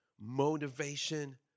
motivation